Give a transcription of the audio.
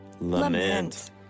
Lament